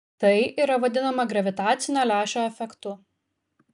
tai yra vadinama gravitacinio lęšio efektu